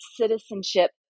citizenship